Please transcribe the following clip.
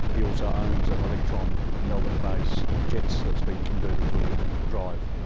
he also owns an electron melbourne base getz that's been converted to electric drive.